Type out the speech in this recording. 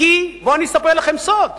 כי בואו אני אספר לכם סוד,